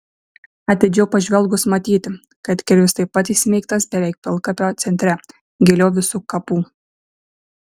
atidžiau pažvelgus matyti kad kirvis taip pat įsmeigtas beveik pilkapio centre giliau visų kapų